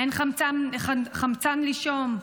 אין חמצן לנשום.